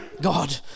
God